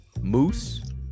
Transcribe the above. Moose